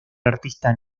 artista